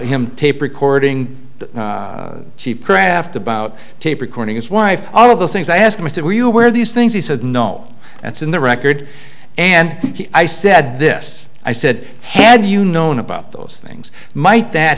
him tape recording cheap craft about tape recording his wife all of those things i ask myself where you wear these things he said no that's in the record and i said this i said had you known about those things might that